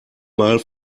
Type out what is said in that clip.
mal